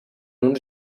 uns